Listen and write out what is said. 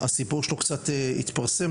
הסיפור שלו קצת התפרסם,